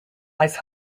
ice